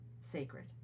sacred